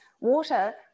water